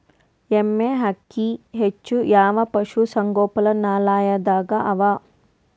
ಎಮ್ಮೆ ಅಕ್ಕಿ ಹೆಚ್ಚು ಯಾವ ಪಶುಸಂಗೋಪನಾಲಯದಾಗ ಅವಾ?